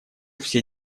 все